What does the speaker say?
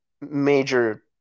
major